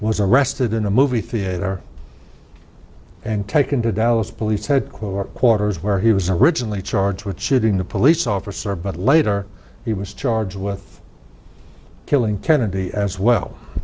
was arrested in a movie theater and taken to dallas police headquarters where he was originally charged with shooting the police officer but later he was charged with killing kennedy as well